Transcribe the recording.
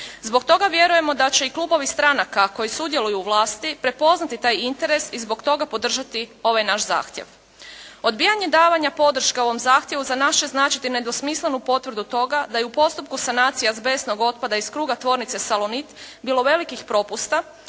Zbog toga vjerujemo da će i klubovi stranaka koji sudjeluju u vlasti prepoznati taj interes i zbog toga podržati ovaj naš zahtjev. Odbijanje davanja podrške ovom zahtjevu za nas će značiti nedvosmislenu potvrdu toga da je u postupku sanacija azbestnog otpada iz kruga tvornice Salonit bilo velikih propusta,